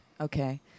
Okay